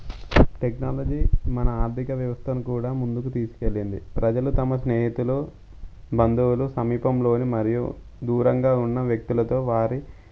technology మన ఆర్థిక వ్యవస్థను కూడా ముందుకు తీసుకెళ్ళింది ప్రజలు తమ స్నేహితులు బంధువులు సమీపంలోని మరియు దూరంగా ఉన్న వ్యక్తులతో వారి